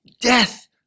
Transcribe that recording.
death